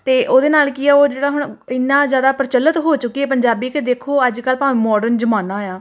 ਅਤੇ ਉਹਦੇ ਨਾਲ ਕੀ ਆ ਉਹ ਜਿਹੜਾ ਹੁਣ ਇੰਨਾ ਜ਼ਿਆਦਾ ਪ੍ਰਚੱਲਤ ਹੋ ਚੁੱਕੀ ਹੈ ਪੰਜਾਬੀ ਕਿ ਦੇਖੋ ਅੱਜ ਕੱਲ੍ਹ ਭਾਵੇਂ ਮਾਡਰਨ ਜਮਾਨਾ ਆ